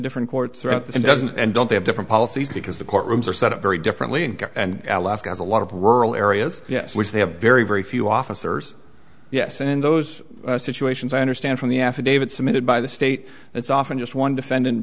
different courts it doesn't and don't have different policies because the courtrooms are set up very differently and al ask has a lot of rural areas yes which they have very very few officers yes and in those situations i understand from the affidavit submitted by the state it's often just one defend